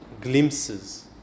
glimpses